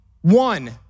one